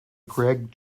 greg